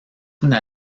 una